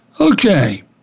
Okay